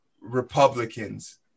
Republicans